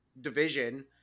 division